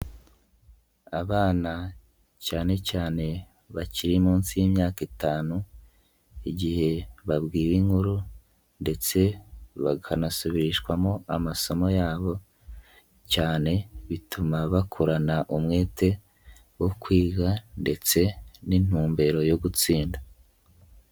Abana cyane cyane bakiri munsi y'imyaka itanu igihe babwiwe inkuru ndetse bakanasubirishwamo amasomo yabo cyane bituma bakurana umwete wo kwiga ndetse n'intumbero yo gutsinda.